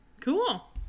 Cool